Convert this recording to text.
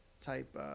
type